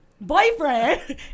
boyfriend